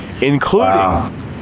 including